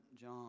John